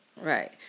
right